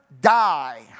die